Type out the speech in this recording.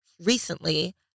Recently